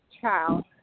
child